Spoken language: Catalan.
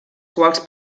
quals